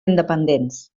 independents